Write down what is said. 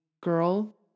girl